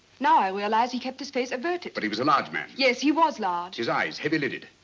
now i realize he kept his face averted. but he was a large man? yes, he was large. his eyes, heavy lidded,